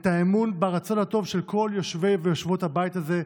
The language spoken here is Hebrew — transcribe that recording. את האמון ברצון הטוב של כל יושבי ויושבות הבית הזה,